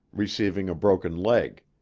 receiving a broken leg.